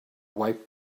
wipe